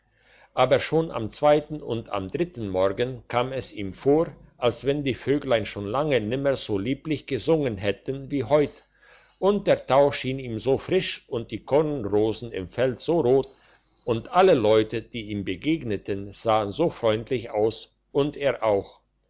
aber schon am zweiten und am dritten morgen kam es ihm vor als wenn die vögel schon lange nimmer so lieblich gesungen hätten und der tau schien ihm so frisch und die kornrosen im felde so rot und alle leute die ihm begegneten sahen so freundlich aus und er auch